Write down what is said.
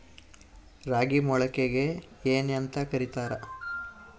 ರಾಗಿ ಮೊಳಕೆಗೆ ಏನ್ಯಾಂತ ಕರಿತಾರ?